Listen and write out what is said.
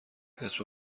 اسم